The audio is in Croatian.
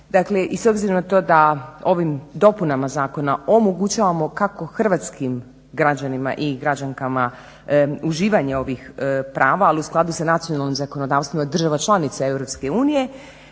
i s obzirom na to da ovim dopunama Zakona omogućavamo kako hrvatskim građanima i građankama uživanje ovih prava ali u skladu sa nacionalnim zakonodavstvima država članica